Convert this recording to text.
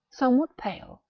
somewhat pale,